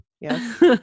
Yes